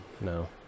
No